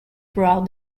throughout